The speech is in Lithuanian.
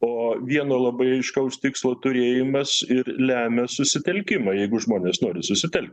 o vieno labai aiškaus tikslo turėjimas ir lemia susitelkimą jeigu žmonės nori susitelkti